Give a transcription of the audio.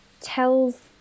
tells